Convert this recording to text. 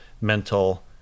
mental